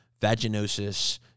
vaginosis